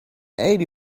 eighty